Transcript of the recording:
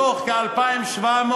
מתוך כ-2,700,